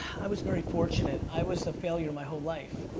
i was very fortunate. i was a failure my whole life.